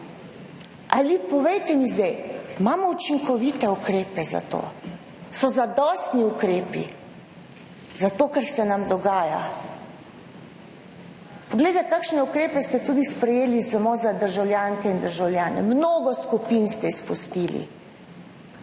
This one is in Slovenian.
Ali povejte mi, zdaj imamo učinkovite ukrepe za to, so zadostni ukrepi za to kar se nam dogaja? Poglejte, kakšne ukrepe ste tudi sprejeli samo za državljanke in državljane, mnogo skupin ste izpustili.